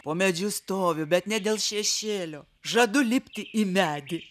po medžiu stoviu bet ne dėl šešėlio žadu lipti į medį